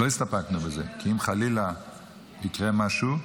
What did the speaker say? לא הסתפקנו בזה, כי אם חלילה יקרה משהו,